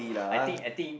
I think I think